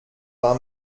war